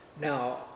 Now